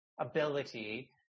ability